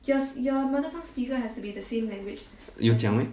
又讲 meh